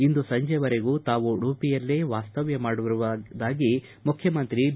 ಇಂದು ಸಂಜೆ ವರೆಗೂ ತಾವು ಉಡುಪಿಯಲ್ಲೇ ವಾಸ್ತವ್ಯ ಮಾಡುವುದಾಗಿ ಮುಖ್ಯಮಂತ್ರಿ ಬಿ